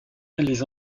les